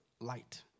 light